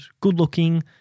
good-looking